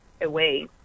away